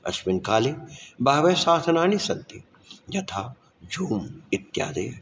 अस्मिन् काले बहवः शासनानि सन्ति यथा झूम् इत्यादयः